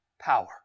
power